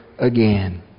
again